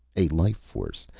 a life force,